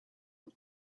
and